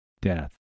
Death